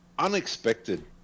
unexpected